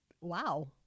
wow